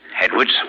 Edwards